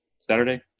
Saturday